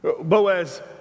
Boaz